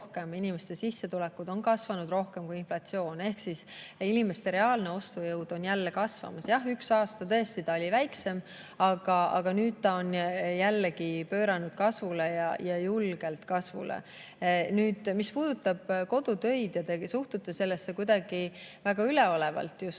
inimeste sissetulekud on kasvanud rohkem kui inflatsioon ehk inimeste reaalne ostujõud on jälle kasvamas. Jah, üks aasta tõesti oli see väiksem, aga nüüd on see jällegi pööranud kasvule ja julgelt kasvule. Mis puudutab kodutöid, siis te suhtute nendesse kuidagi väga üleolevalt, et,